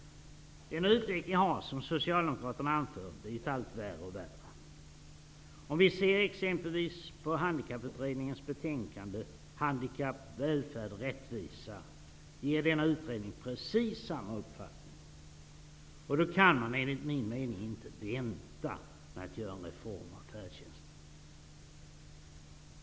Denna utveckling har, som Socialdemokraterna anför, blivit allt värre. I exempelvis betänkandet Handikapp Välfärd Rättvisa ger man uttryck för precis samma uppfattning. Då kan man, enligt min min mening, inte vänta med en reform beträffande färdtjänsten.